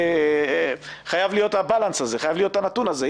חייב להיות הבלאנס של הנתון הזה.